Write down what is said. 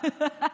לא, לא.